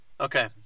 Okay